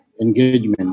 engagement